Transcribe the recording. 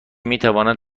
میتوانند